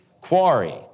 quarry